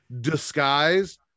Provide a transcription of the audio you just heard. disguise